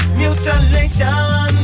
mutilation